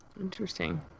Interesting